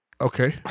okay